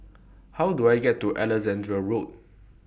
How Do I get to Alexandra Road